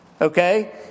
Okay